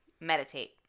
meditate